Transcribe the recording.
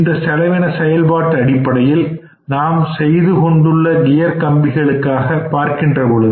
இந்த செலவின செயல்பாட்டு அடிப்படையில் நாம் செய்து கொண்டுள்ள கியர் கம்பிகளுக்காக பார்க்கின்ற பொழுது